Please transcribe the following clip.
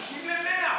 מ-30 ל-100.